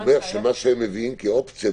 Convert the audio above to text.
הוא אומר שמה שהם מביאים כאופציה,